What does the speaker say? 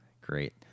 Great